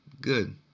Good